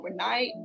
overnight